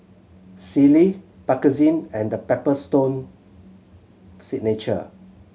Sealy Bakerzin and The Paper Stone Signature